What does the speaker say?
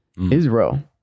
Israel